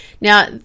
Now